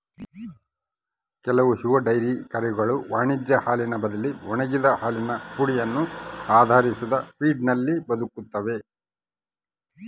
ಕೆಲವು ಯುವ ಡೈರಿ ಕರುಗಳು ವಾಣಿಜ್ಯ ಹಾಲಿನ ಬದಲಿ ಒಣಗಿದ ಹಾಲಿನ ಪುಡಿಯನ್ನು ಆಧರಿಸಿದ ಫೀಡ್ನಲ್ಲಿ ಬದುಕ್ತವ